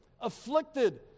afflicted